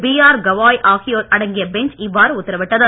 PR Gavai ஆகியோர் அடங்கிய bench இவ்வாறு உத்தரவிட்டது